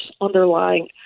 underlying